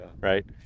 right